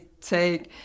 take